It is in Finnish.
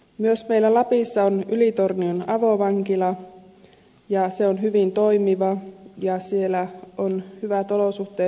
myös meillä lapissa on ylitornion avovankila ja se on hyvin toimiva ja siellä on hyvät olosuhteet